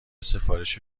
سفارش